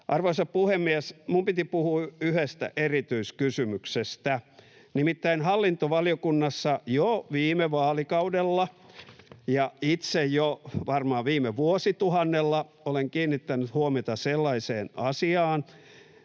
Arvoisa puhemies! Minun piti puhua yhdestä erityiskysymyksestä. Nimittäin hallintovaliokunnassa jo viime vaalikaudella ja itse jo varmaan viime vuosituhannella olen kiinnittänyt huomiota sellaiseen asiaan,